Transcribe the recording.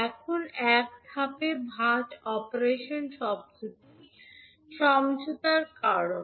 এখন এক ধাপে ভাঁজ অপারেশন শব্দটি সমঝোতার কারণ